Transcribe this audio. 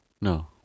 No